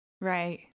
Right